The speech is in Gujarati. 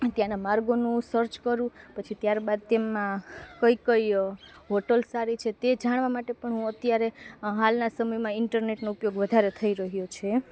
ત્યાંનાં માર્ગોનું સર્ચ કરું પછી ત્યારબાદ તેમાં કઈ કઈ હોટલ્સ સારી છે તે જાણવા માટે પણ હું અત્યારે હાલના સમયમાં ઈન્ટરનેટનો ઉપયોગ વધારે થઈ રહ્યો છે